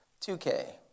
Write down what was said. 2K